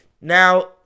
Now